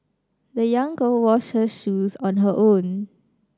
the young girl washed her shoes on her own